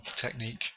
technique